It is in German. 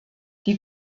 die